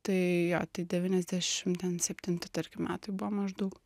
tai jo tai devyniasdešimt ten septinti tarkim metai buvo maždaug